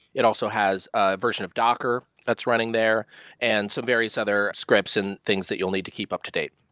it also has a version of docker that's running there and some various other scripts and things that you'll need to keep up-to-date.